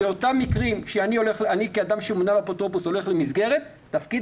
באותם מקרים כשאני שאדם שמונה לו אפוטרופוס הולך למסגרת תפקיד